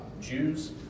Jews